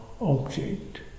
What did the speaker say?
object